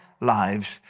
lives